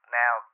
now